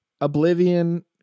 Oblivion